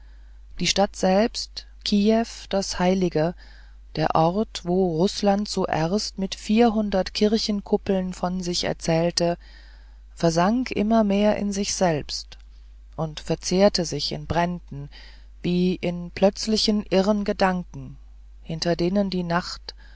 die stadt selbst kiew das heilige der ort wo rußland zuerst mit vierhundert kirchenkuppeln von sich erzählte versank immer mehr in sich selbst und verzehrte sich in bränden wie in plötzlichen irren gedanken hinter denen die nacht